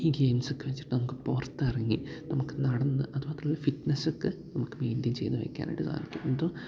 ഈ ഗെയിംസൊക്കെ വച്ചിട്ട് നമുക്ക് പുറത്തിറങ്ങി നമുക്ക് നടന്ന് അതു മാത്രമല്ല ഫിറ്റ്നസൊക്കെ നമുക്ക് മേയ്ൻറ്റേയ്ൻ ചെയ്തുവയ്ക്കാനായിട്ട് സാധിക്കും എന്തോ